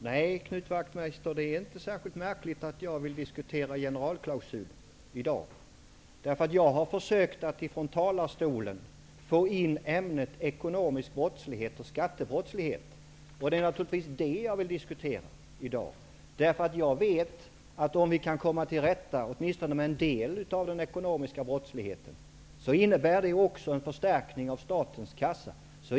Herr talman! Nej, Knut Wachtmeister, det är inte särskilt märkligt att jag vill diskutera generalklausulen i dag. Jag har försökt att från denna talarstol föra in ämnet ekonomisk brottslighet och skattebrottslighet. Det är det som jag vill diskutera i dag. Om vi kan komma till rätta med åtminstone en del av den ekonomiska brottsligheten, innebär det också en förstärkning av statskassan.